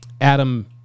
Adam